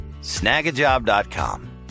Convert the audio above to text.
Snagajob.com